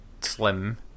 Slim